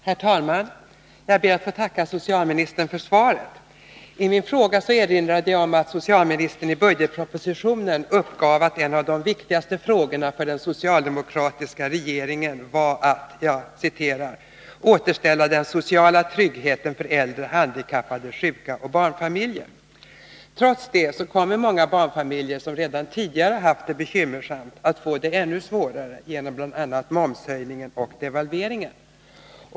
Herr talman! Jag ber att få tacka socialministern för svaret. I min fråga erinrade jag om att socialministern i budgetpropositionen uppgav att en av de viktigaste frågorna för den socialdemokratiska regeringen var att ”återställa den sociala tryggheten för äldre, handikappade, sjuka och barnfamiljer”. Trots detta kommer många barnfamiljer som redan tidigare har haft det bekymmersamt att få det ännu svårare till följd av bl.a. momshöjningen och devalveringen.